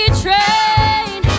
train